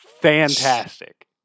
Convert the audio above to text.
fantastic